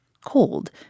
cold